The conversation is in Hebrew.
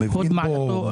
כן.